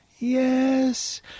Yes